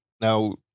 Now